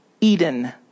Eden